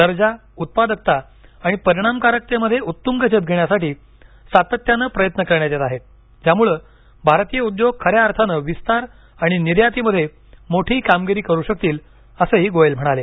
दर्जा उत्पादकता आणि परिणामकारकतेमध्ये उत्तुंग झेप धेण्यासाठी सातत्याने प्रयत्न करण्यात येत आहेत ज्यामुळे भारतीय उद्योग खऱ्या अर्थानं विस्तार आणि निर्यातीमध्ये मोठी कामगिरी करू शकतील असंही गोयल म्हणाले